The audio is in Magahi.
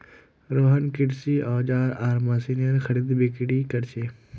रोहन कृषि औजार आर मशीनेर खरीदबिक्री कर छे